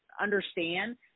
understand